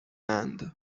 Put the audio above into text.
اند